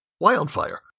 wildfire